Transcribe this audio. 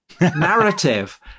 narrative